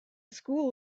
school